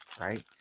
right